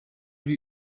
die